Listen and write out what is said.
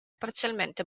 parzialmente